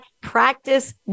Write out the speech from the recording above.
practice